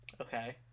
Okay